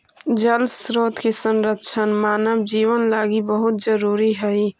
जल स्रोत के संरक्षण मानव जीवन लगी बहुत जरूरी हई